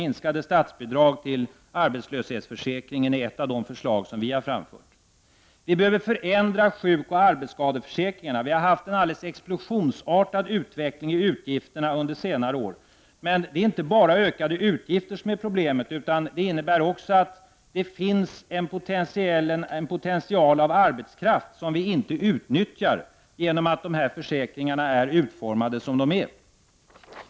Minskade statsbidrag till arbetslöshetsförsäkringen är ett av de förslag som vi har framfört. Vi behöver förändra sjukoch arbetsskadeförsäkringarna. Vi har haft en explosionsartad utveckling av utgifterna under senare år. Men det är inte bara ökade utgifter som är problemet. Problemet är också att det finns en potential av arbetskraft, som vi inte utnyttjar på grund av att försäkringarna är utformade som de är.